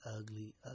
ugly